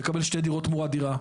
ככה לקבל שתי דירות תמורת דירה.